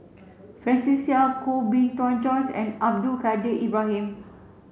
Francis Seow Koh Bee Tuan Joyce and Abdul Kadir Ibrahim